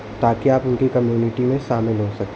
ताकि आप उनकी कम्यूनिटी में शामिल हो सकें